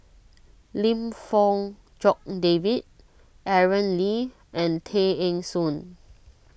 Lim Fong Jock David Aaron Lee and Tay Eng Soon